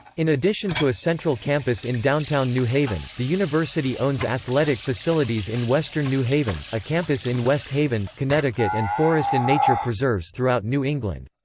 in addition to a central campus in downtown new haven, the university owns athletic facilities in western new haven, a campus in west haven, connecticut and forest and nature preserves throughout new england.